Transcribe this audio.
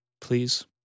please